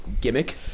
gimmick